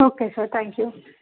okay sir thank you